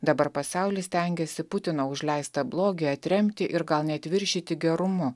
dabar pasaulis stengiasi putino užleistą blogį atremti ir gal net viršyti gerumu